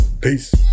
Peace